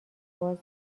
باز